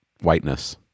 whiteness